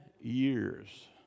years